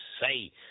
say